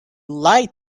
lied